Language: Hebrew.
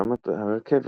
ובראשם הרכבת,